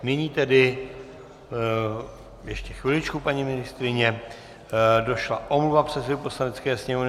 Nyní tedy ještě chviličku, paní ministryně došla omluva předsedovi Poslanecké sněmovny.